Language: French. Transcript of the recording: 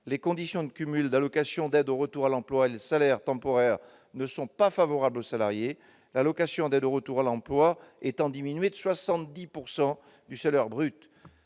Les conditions de cumul de l'allocation d'aide au retour à l'emploi et du salaire temporaire ne sont pas favorables au salarié, l'allocation d'aide au retour à l'emploi étant alors diminuée de 70 % du salaire brut.